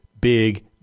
big